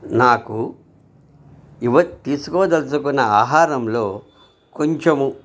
నాకు ఇవ తీసుకో దలుచుకున్న ఆహారంలో కొంచెము